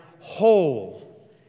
whole